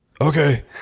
okay